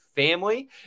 Family